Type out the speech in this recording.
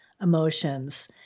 emotions